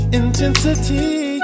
intensity